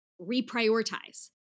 reprioritize